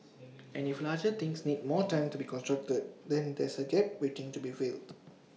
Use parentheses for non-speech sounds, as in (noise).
and if larger things need more time to be constructed then there's A gap waiting to be filled (noise)